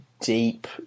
deep